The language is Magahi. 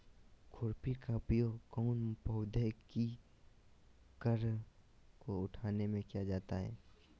खुरपी का उपयोग कौन पौधे की कर को उठाने में किया जाता है?